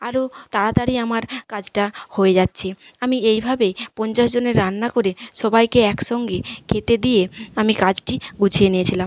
আরও তাড়াতাড়ি আমার কাজটা হয়ে যাচ্ছে আমি এইভাবে পঞ্চাশজনের রান্না করে সবাইকে একসঙ্গে খেতে দিয়ে আমি কাজটি গুছিয়ে নিয়েছিলাম